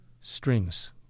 strings